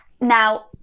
Now